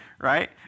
right